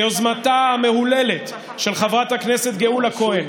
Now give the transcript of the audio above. ביוזמתה המהוללת של חברת הכנסת גאולה כהן,